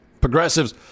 Progressives